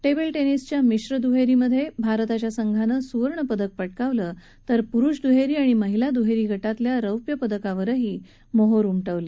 table टेनिसच्या मिश्र दुहेरीमधे भारताच्या संघानं सुवर्ण पदक पटकावलं तर पुरुष दुहेरी आणि महिला दुहेरी गटातल्या रौप्य पदकावर मोहर उमटवली